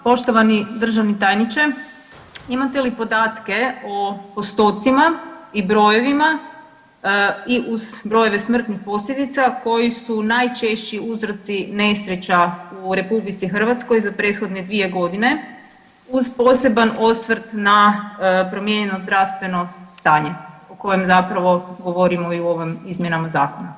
Poštovani državni tajniče, imate li podatke o postocima i brojevima i uz brojeve smrtnih posljedica koji su najčešći uzroci nesreća u RH za prethodne 2 godine uz poseban osvrt na promijenjeno zdravstveno stanje o kojem zapravo govorimo i u ovom izmjenama Zakona?